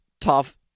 tough